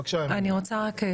בבקשה, אמילי.